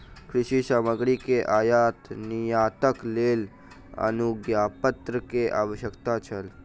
कृषि सामग्री के आयात निर्यातक लेल अनुज्ञापत्र के आवश्यकता छल